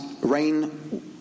rain